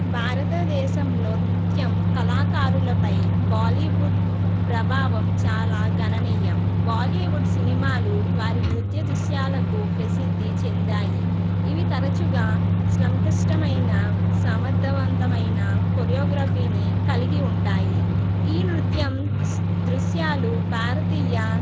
భారత దేశంలో నృత్యం కళాకారులపై బాలీవుడ్ ప్రభావం చాలా గణనీయం బాలీవుడ్ సినిమాలు వారి నృత్య దృశ్యాలకు ప్రసిద్ధి చెందాయి ఇవి తరచుగా సంక్లిష్టమైన సమర్థవంతమైన కొరియోగ్రఫీని కలిగి ఉంటాయి ఈ నృత్యం దృశ్యాలు భారతీయ